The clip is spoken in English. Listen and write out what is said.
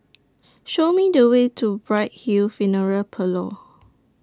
Show Me The Way to Bright Hill Funeral Parlour